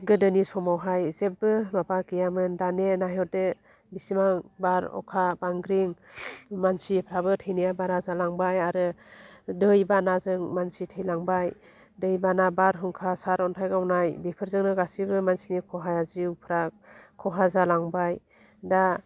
गोदोनि समावहाय जेब्बो माबा गैयामोन दानिया नायहरदों बिसिबां बार अखा बांग्रिं मानसिफ्राबो थैनाया बारा जालांबाय आरो दैबानाजों मानसि थैलांबाय दैबाना बारहुंखा सार अन्थाइ गावनाय बिफोरजोंनो गासिबो मानसिनि खहा जिउफ्रा खहा जालांबाय दा